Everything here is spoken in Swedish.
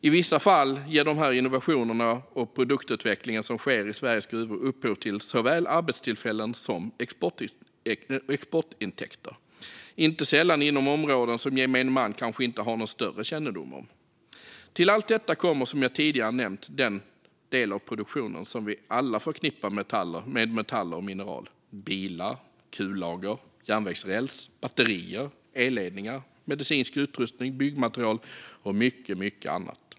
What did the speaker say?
I vissa fall ger de innovationer och den produktutveckling som sker i Sveriges gruvor upphov till såväl arbetstillfällen som exportintäkter, inte sällan inom områden som gemene man kanske inte har någon större kännedom om. Till allt detta kommer, som jag tidigare nämnt, den produktion som vi alla förknippar med metaller och mineral: bilar, kullager, järnvägsräls, batterier, elledningar, medicinsk utrustning, byggmaterial och mycket annat.